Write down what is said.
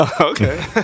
Okay